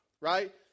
right